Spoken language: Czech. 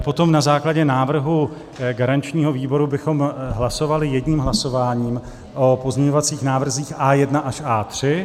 Potom bychom na základě návrhu garančního výboru hlasovali jedním hlasováním o pozměňovacích návrzích A1 až A3.